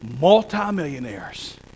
multimillionaires